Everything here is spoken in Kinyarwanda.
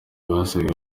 basanzwe